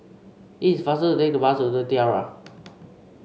it is faster to take the bus to The Tiara